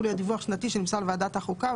להיות דיווח שנתי שנמסר לוועדת החוקה,